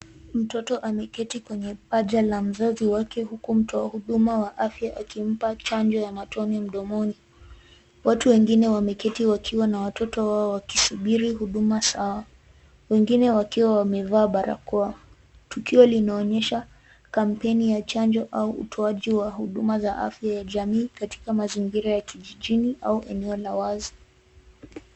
Mtoto ameketi kwenye paja la mzazi wake huku mtoa huduma wa afya akimpa chanjo ya matone mdomoni. Watu wengine wameketi wakiwa na watoto wakisubiri huduma sawa. Wengine wakiwa wamevaa barakoa. Tukio linaonyesha kampeni ya chanjo au utoaji wa huduma za afya ya jamii katika mazingira ya kijijini au eneo la uwazi.